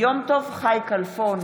יום טוב חי כלפון,